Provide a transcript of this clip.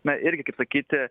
na irgi sakyti